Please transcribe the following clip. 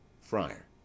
FRIAR